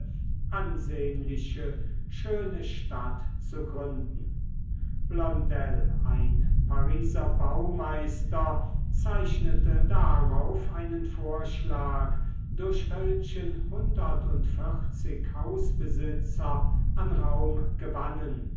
ansehnliche schöne stadt zu gründen blondel ein pariser baumeister zeichnete darauf einen vorschlag durch welchen hundertundvierzig hausbesitzer an raum gewannen